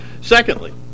secondly